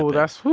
that's.